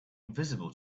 visible